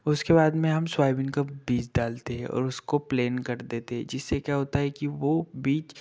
उसके बाद में हम सौयबीन का बीज डालते हैं और उसको प्लेन कर देते जिससे क्या होता है कि वो बीज